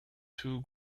two